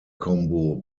combo